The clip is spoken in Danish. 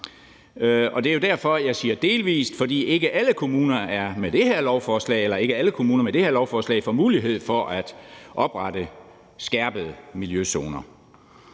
Det er jo derfor, at jeg siger »delvis«, for ikke alle kommuner får med det her lovforslag mulighed for at oprette skærpede miljøzoner.